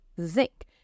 zinc